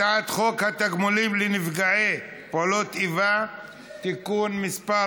הצעת חוק התגמולים לנפגעי פעולות איבה (תיקון מס'